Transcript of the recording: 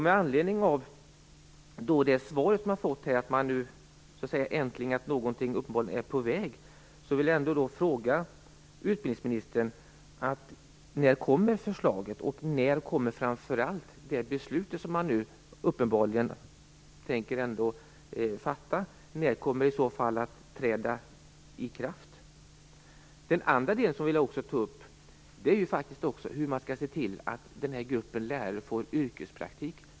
Med anledning av det svar som jag fått - äntligen är någonting uppenbarligen på väg - vill jag fråga utbildningsministern: När kommer förslaget och, framför allt, när kommer det beslut som man uppenbarligen ändå tänker fatta? När kommer det här i så fall att träda i kraft? En annan del som jag vill ta upp gäller hur man skall se till att den här gruppen lärare får yrkespraktik.